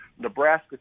Nebraska